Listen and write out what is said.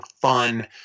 fun